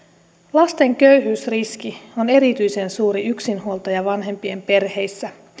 lasten köyhyysriski on erityisen suuri yksinhuoltajavanhempien perheissä